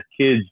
kids